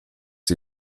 die